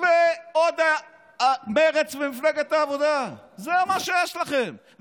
ועוד מרצ ומפלגת העבודה, זה מה שיש לכם.